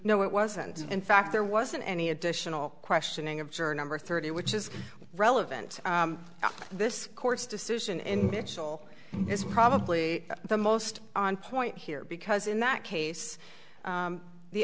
no it wasn't in fact there wasn't any additional questioning of juror number thirty which is relevant to this court's decision and digital is probably the most on point here because in that case